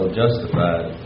justified